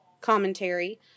commentary